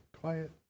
quiet